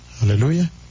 hallelujah